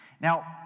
Now